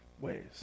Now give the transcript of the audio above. ways